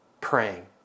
praying